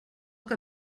que